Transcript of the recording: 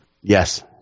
Yes